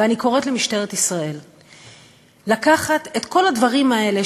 ואני קוראת למשטרת ישראל לקחת את כל הדברים האלה,